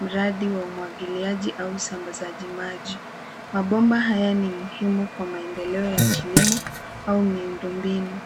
mradi wa umwagiliaji au usambazaji maji. Mabomba haya ni muhimu kwa maendeleo ya kilimo, au miundombinu.